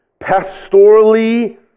pastorally